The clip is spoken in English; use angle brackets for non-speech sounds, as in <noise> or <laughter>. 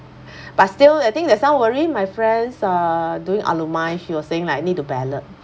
<breath> but still I think there's some worry my friends uh doing alumni she was saying like need to ballot